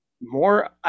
more